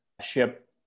ship